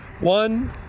One